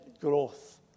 growth